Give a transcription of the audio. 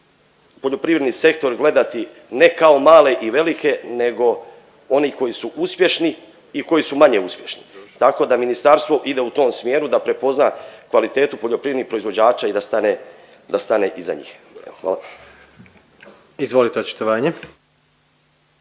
poljoprivredni sektor gledati ne kao male i velike nego oni koji su uspješni i koji su manje uspješni, tako da ministarstvo ide u tom smjeru da prepozna kvalitetu poljoprivrednih proizvođača i da stane, da stane iza njih, hvala.